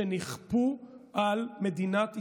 שנכפו על מדינת ישראל.